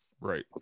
Right